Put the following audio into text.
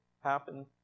happen